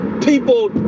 people